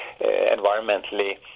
environmentally